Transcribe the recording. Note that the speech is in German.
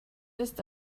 ist